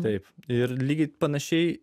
taip ir lygiai panašiai